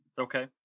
okay